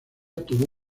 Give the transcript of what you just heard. tuvo